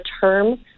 term